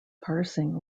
parsing